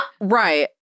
Right